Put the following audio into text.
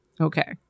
Okay